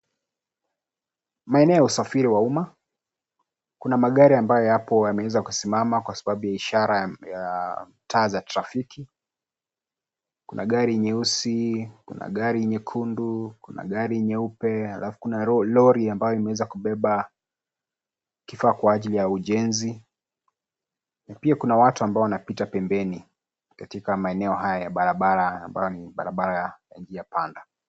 Maeneo ya usafiri wa umma. Kuna magari ambayo hapo yameweza kusimama kwa sababu ya ishara ya taa za trafiki. Kuna gari nyeusi, kuna gari nyekundu, kuna gari nyeupe alafu kuna lori ambayo imeweza kubeba kifaa kwa ajili ya ujenzi, na pia kuna watu ambao wanapita pembeni katika maeneno haya ya barabara ambayo ni barabara ya njia panda.